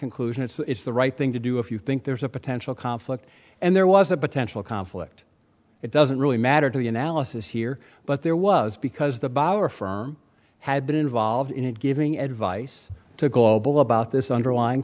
conclusion it's the right thing to do if you think there's a potential conflict and there was a potential conflict it doesn't really matter to the analysis here but there was because the by our firm had been involved in giving advice to global about this underlying